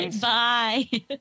Bye